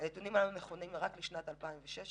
ובמחוז מרכז,